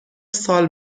سال